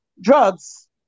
drugs